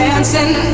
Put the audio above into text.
Dancing